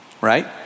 Right